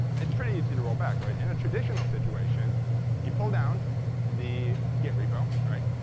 it's pretty easy to roll back. right? in a traditional situation you pull down the git repo. right?